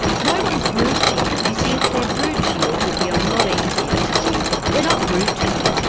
no-one's rude to you. you see if they're rude to you, it would be a lot easier to deal with. they're not rude to you,